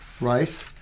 Rice